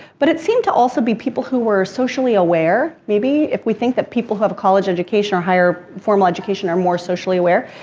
but it seemed to also be people who were socially aware maybe if we think that people who have a college education or higher formal education are more socially aware.